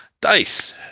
dice